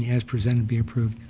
as presented, be approved.